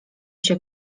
się